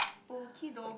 okie dokie